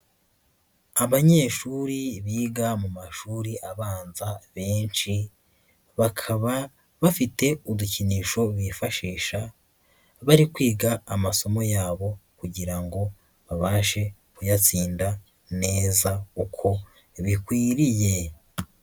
Abanyeshuri biga mu mashuri abanza benshi, bakaba bafite udukinisho bifashisha, bari kwiga amasomo yabo kugira ngo babashe kuyatsinda neza uko bikwiriye.